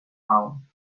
town